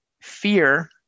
fear